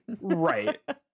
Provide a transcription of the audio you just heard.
right